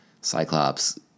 Cyclops